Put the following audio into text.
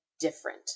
different